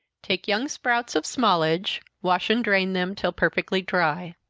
take young sprouts of smallage wash and drain them till perfectly dry.